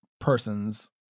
person's